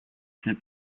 sais